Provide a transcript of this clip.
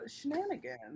shenanigans